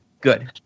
Good